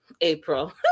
april